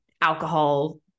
alcohol